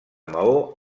maó